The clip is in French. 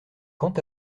quant